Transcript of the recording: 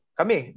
kami